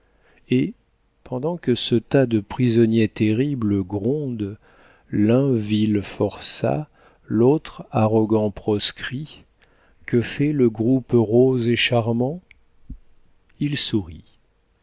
et pendant que ce tas de prisonniers terribles gronde l'un vil forçat l'autre arrogant proscrit que fait le groupe rose et charmant il sourit